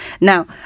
Now